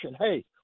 Hey